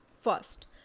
first